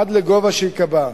עד לגובה שייקבע.